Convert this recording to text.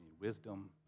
wisdom